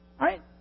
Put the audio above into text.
Right